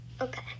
Okay